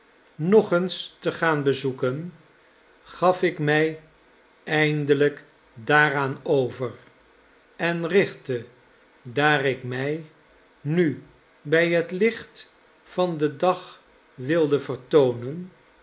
nog eens te gaan bezoeken gaf ik mij eindelijk daaraan over en richtte daar ik mij nu bij het licht van den dag wilde vertoonen